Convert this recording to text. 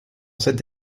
cette